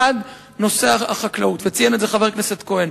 אחת, נושא החקלאות, וציין את זה חבר הכנסת כהן.